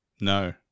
No